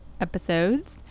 episodes